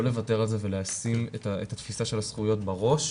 לא לוותר על זה ולשים את התפיסה של הזכויות בראש,